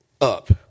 up